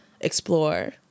explore